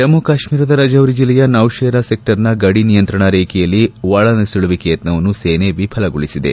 ಜಮ್ನು ಕಾಶ್ನೀರದ ರಜೊರಿ ಜಿಲ್ಲೆಯ ನೌಶೆರಾ ಸೆಕ್ಷರ್ನ ಗಡಿ ನಿಯಂತ್ರಣಾ ರೇಖೆಯಲ್ಲಿ ಒಳನುಸುಳುವಿಕೆ ಯತ್ನವನ್ನು ಸೇನೆ ವಿಫಲಗೊಳಿಸಿದೆ